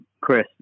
chris